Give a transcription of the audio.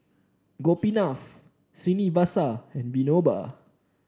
Gopinath Srinivasa and Vinoba